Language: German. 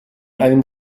einem